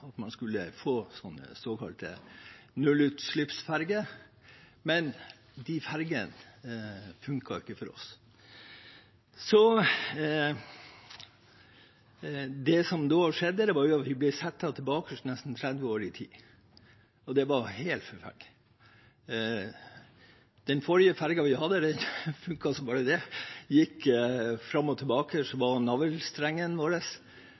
man skulle få sånne såkalte nullutslippsferjer, men de ferjene funket ikke for oss. Så det som da skjedde, var at vi ble satt nesten 30 år tilbake i tid, og det var helt forferdelig. Den forrige ferjen vi hadde, funket som bare det, gikk fram og tilbake, var navlestrengen vår.